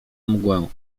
mgłę